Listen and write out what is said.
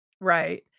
Right